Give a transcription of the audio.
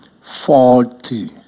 forty